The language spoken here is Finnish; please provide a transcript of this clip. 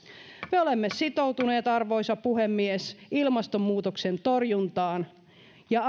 me olemme sitoutuneet arvoisa puhemies ilmastonmuutoksen torjuntaan ja